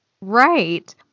Right